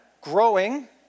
growing